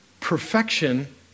perfection